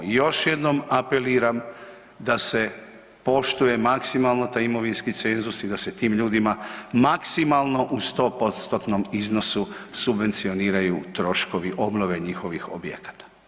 Još jednom apeliram da se poštuje maksimalno taj imovinski cenzus i da se tim ljudima maksimalno u sto postotnom iznosu subvencioniraju troškovi obnove njihovih objekata.